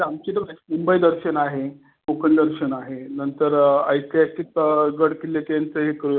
आमची टूर आहे मुंबई दर्शन आहे कोकण दर्शन आहे नंतर ऐतिहासिक गड किल्ले त्यांचं एक